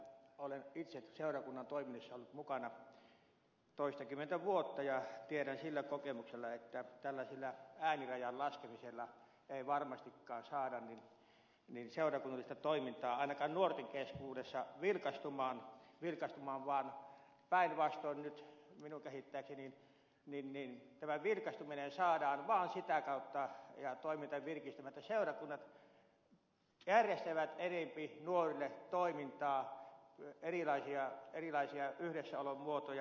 olen itse seurakunnan toiminnassa ollut mukana toistakymmentä vuotta ja tiedän sillä kokemuksella että tällaisella äänirajan laskemisella ei varmastikaan saada seurakunnallista toimintaa ainakaan nuorten keskuudessa vilkastumaan vaan päinvastoin nyt minun käsittääkseni tämä vilkastuminen toiminta ja virkistyminen saadaan vaan sitä kautta että seurakunnat järjestävät enempi nuorille toimintaa erilaisia yhdessäolon muotoja